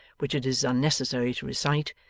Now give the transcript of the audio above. which it is unnecessary to recite,